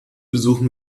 besuchen